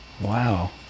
Wow